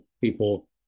people